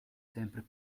sempre